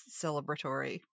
celebratory